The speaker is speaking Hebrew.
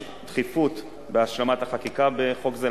יש דחיפות בהשלמת החקיקה בחוק זה,